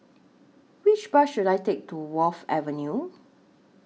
Which Bus should I Take to Wharf Avenue